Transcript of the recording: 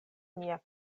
mia